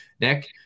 Nick